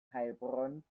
heilbronn